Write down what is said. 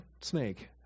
snake